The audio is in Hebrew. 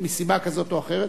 מסיבה כזאת או אחרת,